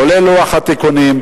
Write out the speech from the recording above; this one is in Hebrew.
כולל לוח התיקונים,